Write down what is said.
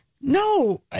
No